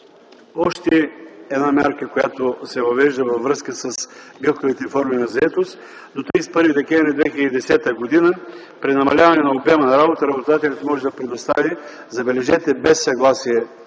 Още една мярка, която се въвежда във връзка с гъвкавите форми на заетост. До 31 декември 2010 г. при намаляване на обема на работа работодателят може да предостави, забележете, без съгласие